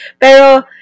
Pero